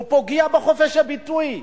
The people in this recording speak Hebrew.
הוא פוגע בחופש הביטוי.